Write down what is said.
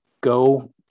go